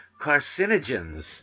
carcinogens